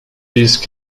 these